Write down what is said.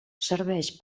serveix